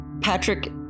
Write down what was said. Patrick